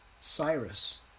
Cyrus